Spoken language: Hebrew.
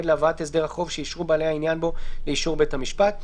להבאת הסדר החוב שאישרו בעלי העניין בו לאישור בית המשפט.